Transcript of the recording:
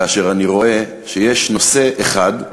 כאשר אני רואה שיש נושא אחד,